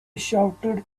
shouted